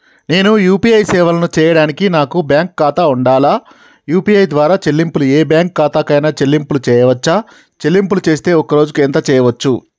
నేను యూ.పీ.ఐ సేవలను చేయడానికి నాకు బ్యాంక్ ఖాతా ఉండాలా? యూ.పీ.ఐ ద్వారా చెల్లింపులు ఏ బ్యాంక్ ఖాతా కైనా చెల్లింపులు చేయవచ్చా? చెల్లింపులు చేస్తే ఒక్క రోజుకు ఎంత చేయవచ్చు?